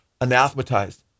anathematized